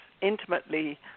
intimately